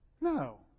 No